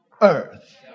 earth